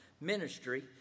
ministry